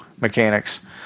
mechanics